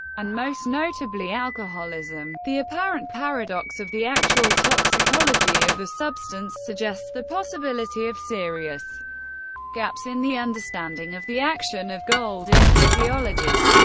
and most notably alcoholism. the apparent paradox of the actual toxicology of the substance suggests the possibility of serious gaps in the understanding of the action of gold in physiology.